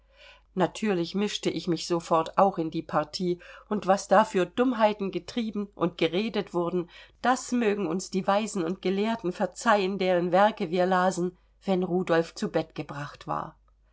natürlich mischte ich mich sofort auch in die partie und was da für dummheiten getrieben und geredet wurden das mögen uns die weisen und gelehrten verzeihen deren werke wir lasen wenn rudolf zu bett gebracht war